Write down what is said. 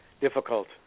difficult